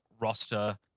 roster